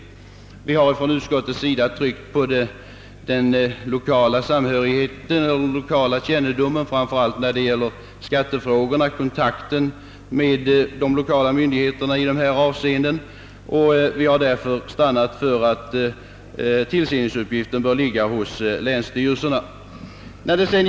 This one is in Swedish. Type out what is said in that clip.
Utskottet har beaktat den lokala anknytningen och fäst särskilt avseende vid den lokala kännedomen, framför allt när det gäller skattefrågorna, samt kontakten med de lokala myndigheterna i förevarande avseenden.